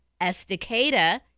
Estacada